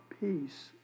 peace